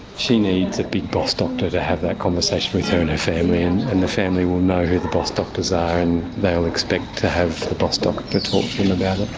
she needs a big boss doctor to have that conversation with her and her family, and and the family will know who the boss doctors are and they will expect to have the boss doctor talk to them about it.